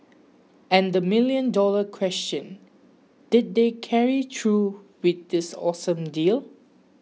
and the million dollar question did they carry through with this awesome deal